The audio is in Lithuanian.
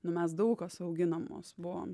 nu mes daug kas auginamos buvom